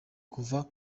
kuva